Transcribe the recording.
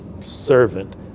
servant